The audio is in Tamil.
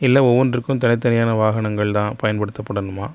இல்லை ஒவ்வொன்றிற்கும் தனித்தனியான வாகனங்கள் தான் பயன்படுத்தப்படணுமா